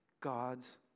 God's